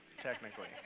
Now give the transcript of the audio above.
technically